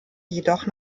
jedoch